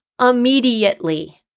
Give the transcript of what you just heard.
immediately